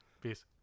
Peace